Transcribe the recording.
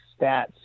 stats